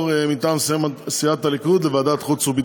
מטעם סיעת הליכוד לוועדת חוץ וביטחון.